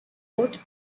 wrote